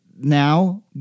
Now